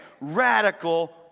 radical